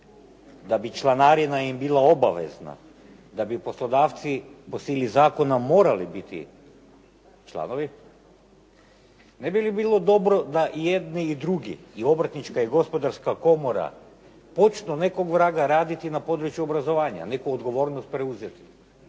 da bi članarina bi im bila obavezna, da bi poslodavci po sili zakona morali biti članovi, ne bi li bilo dobro da jedni i drugi i obrtnička i gospodarska komora počnu nekog vraga raditi i na području obrazovanja, neku odgovornost preuzeti.